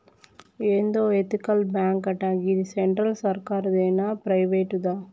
ఏందో ఎతికల్ బాంకటా, గిది సెంట్రల్ సర్కారుదేనా, ప్రైవేటుదా